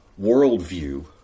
worldview